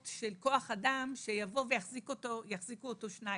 של כוח-אדם שיבוא ויחזיקו אותו שניים,